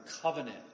covenant